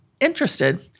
interested